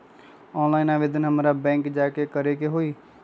Online आवेदन हमरा bank जाके करे के होई?